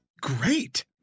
great